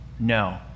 No